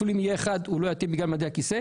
אפילו אם יהיה אחד, הוא לא יתאים בגלל ממדי הכיסא.